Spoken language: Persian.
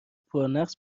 پرنقص